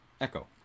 Echo